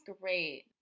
great